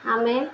ଆମେ